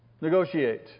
negotiate